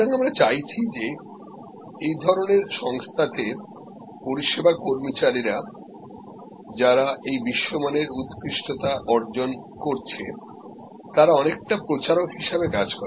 সুতরাং আমরা চাইছি যে এই ধরনের সংস্থা তে পরিষেবা কর্মচারীরা যারা এই বিশ্বমানের উৎকৃষ্টতা অর্জনকরছেতারা অনেকটা প্রচারকহিসাবে কাজ করে